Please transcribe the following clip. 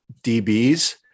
DBs